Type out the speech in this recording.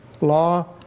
law